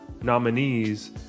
nominees